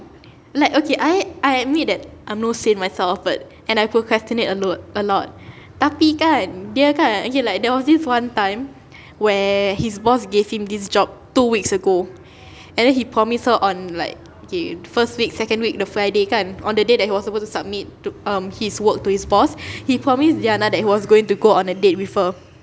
like okay I I admit that I'm no saint myself but and I procrastinate a lot a lot tapi kan dia kan okay like there was this one time where his boss gave him this job two weeks ago and then he promised her on like okay first week second week the friday kan on the day that he was supposed to submit to um his work to his boss he promised diana that he was going to go on a date with her